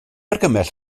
argymell